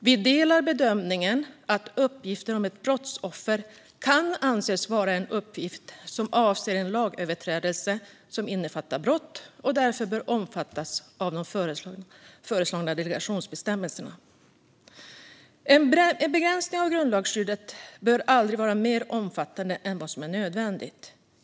Vi delar bedömningen att uppgifter om ett brottsoffer kan anses vara en uppgift som avser en lagöverträdelse som innefattar brott och därför bör omfattas av de föreslagna delegationsbestämmelserna. En begränsning av grundlagsskyddet bör aldrig vara mer omfattande än vad som är nödvändigt.